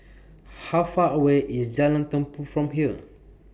How Far away IS Jalan Tumpu from here